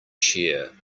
chair